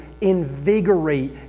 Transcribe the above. invigorate